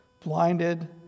blinded